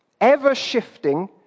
ever-shifting